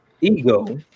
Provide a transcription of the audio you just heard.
ego